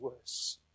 worse